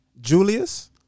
Julius